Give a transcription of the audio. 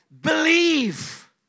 Believe